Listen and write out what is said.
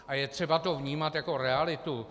A je třeba to vnímat jako realitu.